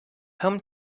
home